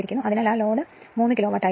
അതിനാൽ ആ load 3 kilowatt ആയിരുന്നു